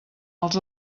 els